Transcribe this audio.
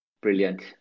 Brilliant